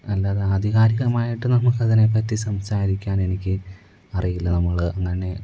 അല്ലാതെ ആധികാരികമായിട്ട് നമുക്കതിനെ പറ്റി സംസാരിക്കാൻ എനിക്ക് അറിയില്ല നമ്മള് അങ്ങനെ